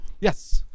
Yes